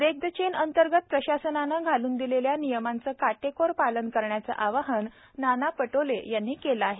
break the chain अंतर्गत प्रशासनाने घालून दिलेल्या नियमांचे काटेकोरपणे पालन करण्याचे आवाहन नाना पटोले यांनी केले आहे